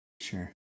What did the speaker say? sure